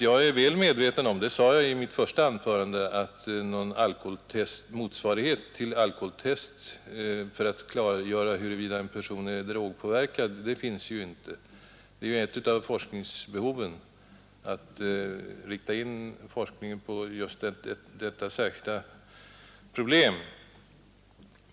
Jag är väl medveten om — det sade jag i mitt första anförande — att någon motsvarighet till alkotest för att klargöra om en person är drogpåverkad inte finns. Att rikta in forskningen på denna brist är en av de angelägna uppgifterna.